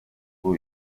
kuri